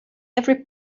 every